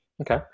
okay